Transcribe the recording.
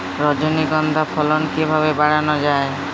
রজনীগন্ধা ফলন কিভাবে বাড়ানো যায়?